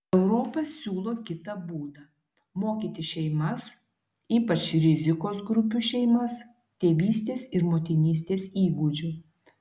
europa siūlo kitą būdą mokyti šeimas ypač rizikos grupių šeimas tėvystės ir motinystės įgūdžių